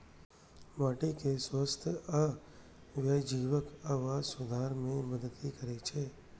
माटिक स्वास्थ्य आ वन्यजीवक आवास सुधार मे मदति करै छै